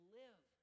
live